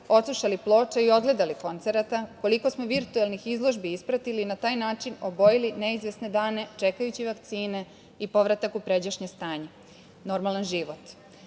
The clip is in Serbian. odslušali ploča i odgledali koncerata, koliko smo virtuelnih izložbi ispratili i na taj način obojili neizvesne dane čekajući vakcine i povratak u pređašnje stanje, normalan život.Za